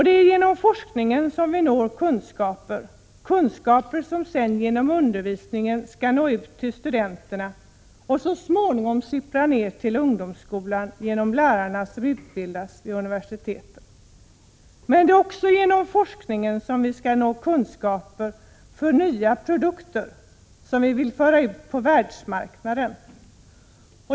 Det är genom forskningen som vi når kunskap — kunskap som sedan genom undervisning skall nå ut till studenterna och så småningom sippra ner till ungdomsskolan genom lärare som utbildats vid universiteten. Men det är också genom forskningen som vi skall nå den kunskap som skall ge nya produkter, som vi vill föra ut på världsmarknaden.